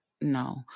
No